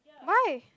why